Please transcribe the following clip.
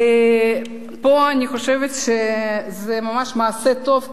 אני חושבת שזה מעשה טוב,